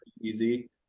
easy